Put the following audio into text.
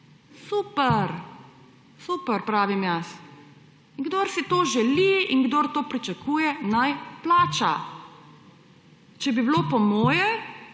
Super, super, pravim jaz. Kdor si to želi in kdor to pričakuje, naj plača. Če bi bilo po moje,